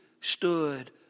stood